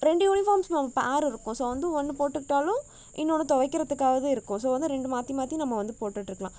ரெண்டு யூனிஃபார்ம்ஸ் நமக்கு பேர் இருக்கும் ஸோ வந்து ஒன்று போட்டுக்கிட்டாலும் இன்னொன்று துவைக்கிறத்துக்காது இருக்கும் ஸோ வந்து ரெண்டு மாற்றி மாற்றி நம்ம வந்து போட்டுட்டுருக்கலாம்